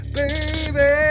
baby